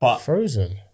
Frozen